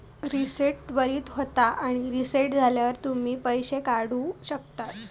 reset त्वरीत होता आणि रीसेट झाल्यावर तुम्ही पैशे काढु शकतास